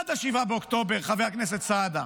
עד 7 באוקטובר, חבר הכנסת סעדה.